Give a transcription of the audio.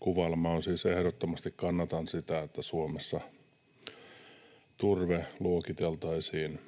kuvailla: Siis ehdottomasti kannatan sitä, että Suomessa turve luokiteltaisiin